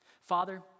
Father